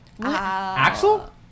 Axel